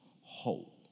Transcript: whole